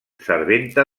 serventa